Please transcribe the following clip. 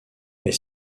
est